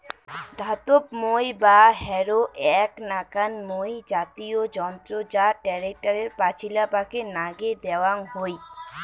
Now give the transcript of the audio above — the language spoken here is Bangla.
ধাতব মই বা হ্যারো এ্যাক নাকান মই জাতীয় যন্ত্র যা ট্যাক্টরের পাচিলাপাকে নাগে দ্যাওয়াং হই